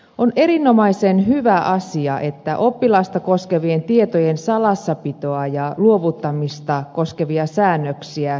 on erinomaisen hyvä asia että oppilasta koskevien tietojen salassapitoa ja luovuttamista koskevia säännöksiä selkeytetään